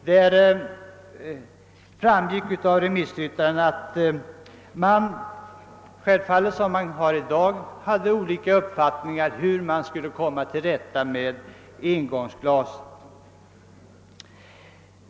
Som framgick av remissyttrandena hade man liksom i dag självfallet olika uppfattningar om hur vi skulle kunna komma till rätta med engångsglasen.